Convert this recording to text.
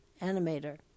animator